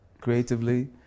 creatively